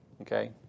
Okay